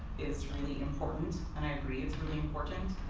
is really important and i agree it's really important,